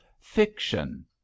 Fiction